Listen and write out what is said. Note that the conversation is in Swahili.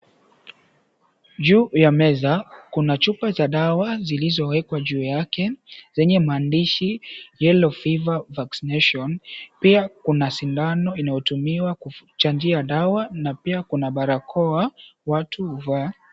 Juu ya meza kuna chupa za dawa zilizowekwa juu yake zenye maandishi yellow fever vaccination pia kuna sindano inayotumiwa kuchanjia dawa na pia kuna barakoa. Watu wa..